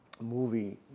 movie